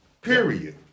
Period